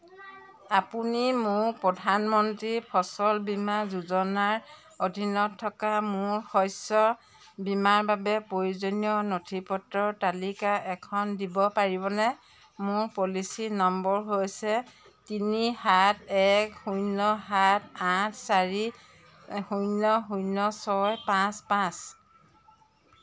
আপুনি মোক প্ৰধানমন্ত্ৰী ফচল বীমা যোজনাৰ অধীনত থকা মোৰ শস্য বীমাৰ বাবে প্ৰয়োজনীয় নথিপত্ৰৰ তালিকা এখন দিব পাৰিবনে মোৰ পলিচী নম্বৰ হৈছে তিনি সাত এক শূন্য সাত আঠ চাৰি শূন্য শূন্য ছয় পাঁচ পাঁচ